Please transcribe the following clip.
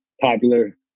popular